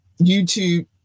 YouTube